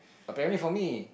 apparently for me